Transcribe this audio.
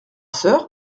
soeur